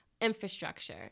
Infrastructure